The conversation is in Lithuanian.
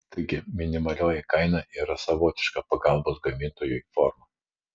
taigi minimalioji kaina yra savotiška pagalbos gamintojui forma